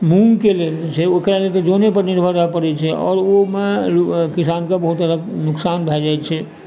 मूँगके लेल जे छै ओकरा लेल तऽ जऽनेपर निर्भर रहै पड़ै छै आओर ओहिमे किसानके बहुत जादा नोकसान भए जाइत छै